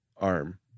arm